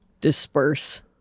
disperse